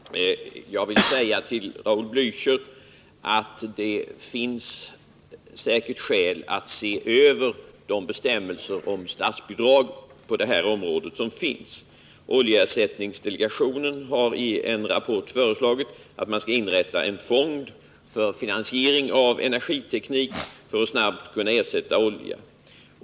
Herr talman! Jag vill säga till Raul Blächer att det säkert finns skäl att se över de bestämmelser om statsbidrag som gäller på detta område. Oljeersättningsdelegationen har i en rapport föreslagit att man skall inrätta en fond för finansiering av energiteknik för att snabbt kunna ersätta olja.